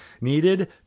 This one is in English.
needed